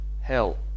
hell